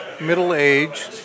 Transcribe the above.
Middle-aged